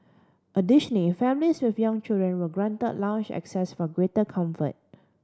families with young children were grant lounge access for greater comfort